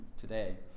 today